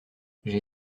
j’ai